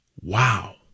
Wow